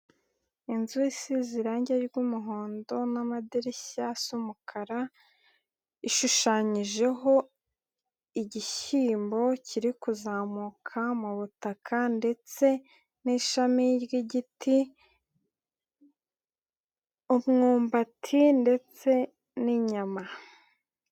Inzu isize irangi ry'umuhondo n'amadirishya asa umukara, ishushanyijeho igishyimbo kiri kuzamuka mu butaka ndetse n'ishami ry'igiti, umwumbati ndetse n'inyama.